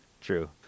True